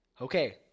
Okay